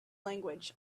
language